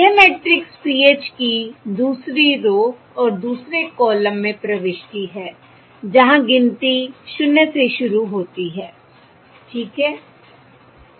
यह matrix PH की दूसरी रो और दूसरे कॉलम में प्रविष्टि है जहां गिनती शून्य से शुरू होती है ठीक है